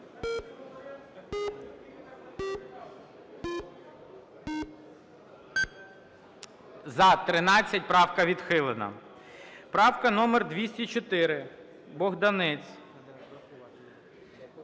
За-13 Правка відхилена. Правка номер 204, Богданець.